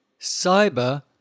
cyber